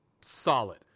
Solid